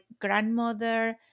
grandmother